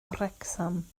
wrecsam